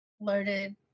loaded